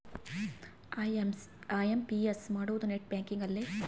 IMPS ಮಾಡೋದು net banking ಅಲ್ಲೆ